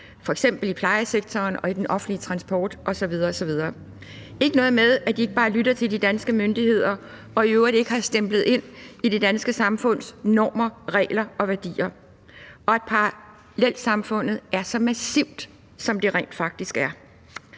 f.eks. i plejesektoren og i den offentlige transport osv. osv.; det er ikke noget med, at de ikke bare lytter til de danske myndigheder og i øvrigt ikke har stemplet ind i det danske samfunds normer, regler og værdier, og at parallelsamfundet er så massivt, som det rent faktisk er.